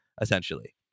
essentially